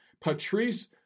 Patrice